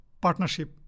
partnership